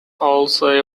also